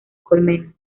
colmenas